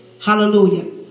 Hallelujah